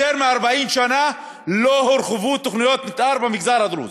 יותר מ-40 שנה לא הורחבו תוכניות מתאר במגזר הדרוזי.